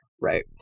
right